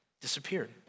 disappeared